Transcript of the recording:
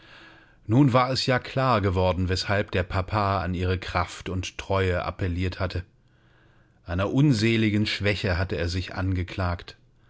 nun war es ja klar geworden weshalb der papa an ihre kraft und treue appelliert hatte einer unseligen schwäche hatte er sich angeklagt